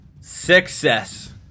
success